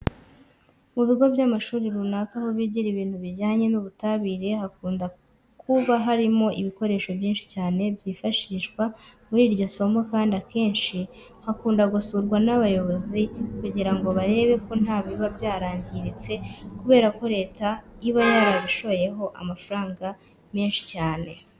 Mu bigo by'amashuri runaka aho bigira ibintu bijyanye n'ubutabire hakunda kuba harimo ibikoresho byinshi cyane byifashishwa muri iryo somo kandi akenshi hakunda gusurwa n'abayobozi kugira ngo barebe ko ntabiba byangiritse kubera ko leta iba yarabishoyeho amafaranga menshi cyane.